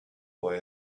boy